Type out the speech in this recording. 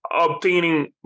obtaining